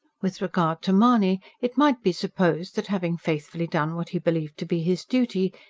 with regard to mahony, it might be supposed that having faithfully done what he believed to be his duty,